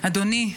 אדוני,